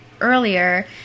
earlier